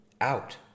out